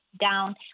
down